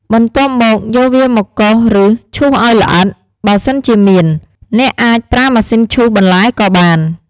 បន្ទាប់មក យកវាមកកោស ឬ ឈូសឱ្យល្អិត បើសិនជាមាន អ្នកអាចប្រើម៉ាស៊ីនឈូសបន្លែក៏បាន។